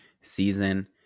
season